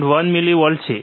1 millivolt છે